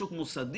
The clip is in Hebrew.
ישות מוסדית?